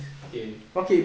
okay